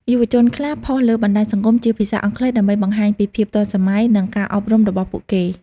យុវជនខ្លះផុសលើបណ្តាញសង្គមជាភាសាអង់គ្លេស ដើម្បីបង្ហាញពីភាពទាន់សម័យ និង ការអប់រំរបស់ពួកគេ។